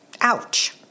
Ouch